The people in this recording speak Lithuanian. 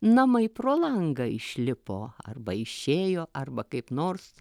namai pro langą išlipo arba išėjo arba kaip nors